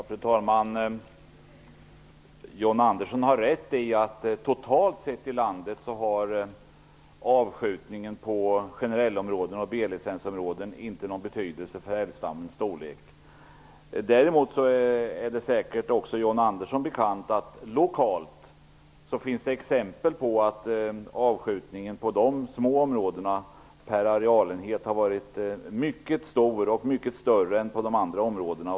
Fru talman! John Andersson har rätt i att totalt sett i landet har avskjutningen på generellområden och B-licensområden inte någon betydelse för älgstammens storlek. Däremot är det säkert också John Andersson bekant att det lokalt finns exempel på att avskjutningen på de små områdena per arealenhet har varit mycket stor, mycket större än på de andra områdena.